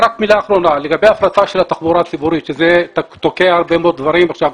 לגבי הפרטה של התחבורה הציבורית שזה תוקע הרבה מאוד דברים,